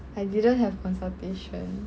I didn't have consultation